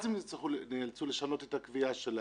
אז הם נאלצו לשנות את הקביעה שלהם.